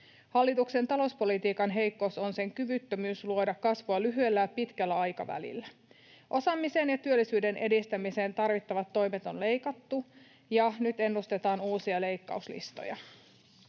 Hallituksen talouspolitiikan heikkous on sen kyvyttömyys luoda kasvua lyhyellä ja pitkällä aikavälillä. Osaamisen ja työllisyyden edistämiseen tarvittavat toimet on leikattu, ja nyt ennustetaan uusia leikkauslistoja.